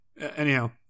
anyhow